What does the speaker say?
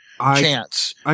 chance